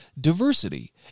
diversity